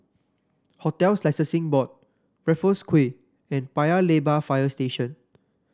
Hotels Licensing Board Raffles Quay and Paya Lebar Fire Station